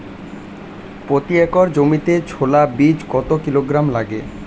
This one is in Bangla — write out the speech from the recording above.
প্রতি একর জমিতে ছোলা বীজ কত কিলোগ্রাম লাগে?